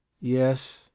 Yes